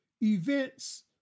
events